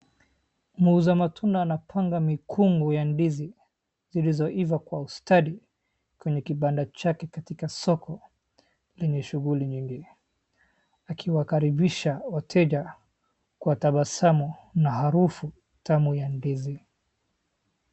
Muuza matunda anapanga mikungu ya ndizi zilizoiva kwa ustadi, kwenye kibanda chake katika soko lenye shughuli nyingi, akiwakaribisha wateja kwa tabasamu na harufu tamu ya ndizi.